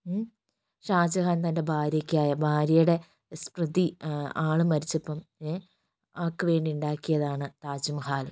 ഷാജഹാൻ തൻ്റെ ഭാര്യയ്ക്കായി ഭാര്യയുടെ സ്മൃതി ആള് മരിച്ചപ്പം ആൾക്കു വേണ്ടി ഉണ്ടാക്കിയതാണ് താജ്മഹാൽ